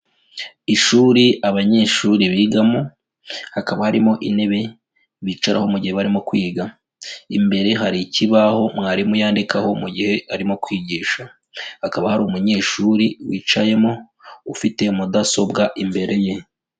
Ishuri abanyeshuri bigamo, hakaba harimo intebe bicaraho mu gihe barimo kwiga. Imbere hari ikibaho mwarimu yandikaho mu gihe arimo kwigisha. Hakaba hari umunyeshuri wicayemo ufite mudasobwa imbere ye.